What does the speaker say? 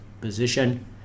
position